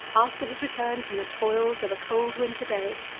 after his return from the toils of a cold winter day,